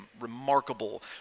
remarkable